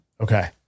Okay